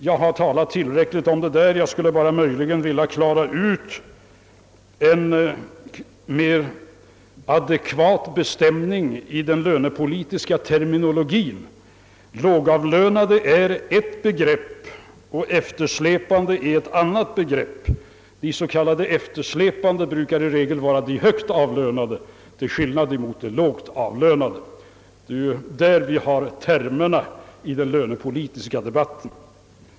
Jag har redan talat tillräckligt om detta, och jag skulle nu bara vilja klara ut begreppen genom att göra en mer adekvat bestämning av den lönepolitiska terminologien. »Lågavlönade» är ett begrepp och »eftersläpande» ett annat. De s.k. eftersläpande är i regel högt avlönade, till skillnad från de lågt avlönade. Det är innebörden av termerna i den lönepolitiska debatten.